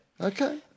Okay